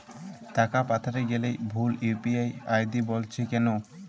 টাকা পাঠাতে গেলে ভুল ইউ.পি.আই আই.ডি বলছে কেনো?